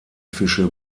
fische